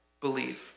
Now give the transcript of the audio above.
believe